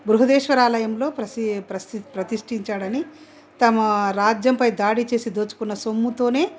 బృహదీశ్వర ఆలయంలో ప్రతీ ప్రతిష్టించాడని తమ రాజ్యంపై దాడి చేసి దోచుకున్న సొమ్ముతోనే